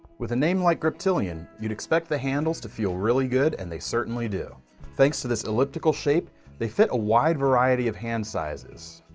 with a name like griptilian you'd expect the handles to feel really good and they certainly do thanks to this elliptical shape they fit a wide variety of hand sizes.